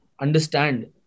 Understand